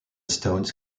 stones